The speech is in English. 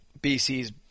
BC's